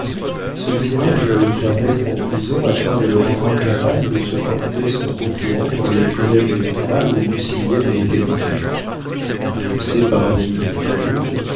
ce misérable veut le faire mettre en prison afin de le rendre incapable de se porter son concurrent dans le collége électoral où nucingen a été nommé je sais par un ami de florine